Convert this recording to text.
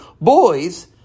Boys